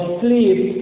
sleep